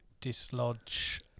dislodge